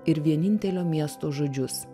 ir vienintelio miesto žodžius